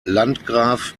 landgraf